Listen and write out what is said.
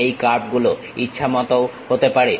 এই কার্ভগুলো ইচ্ছামতও হতে পারে